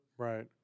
Right